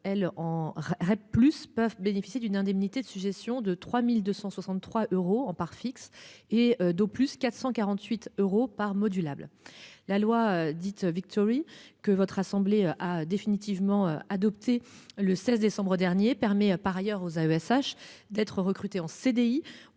elle en. Plus peuvent bénéficier d'une indemnité de suggestions de 3263 euros en parts fixe et d'eau, plus 448 euros par modulable. La loi dite Victor que votre assemblée a définitivement adopté le 16 décembre dernier permet par ailleurs aux AESH d'être recruté en CDI